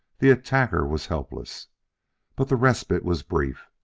the attacker was helpless but the respite was brief,